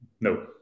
No